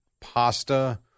pasta